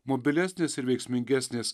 mobilesnės ir veiksmingesnės